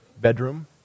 bedroom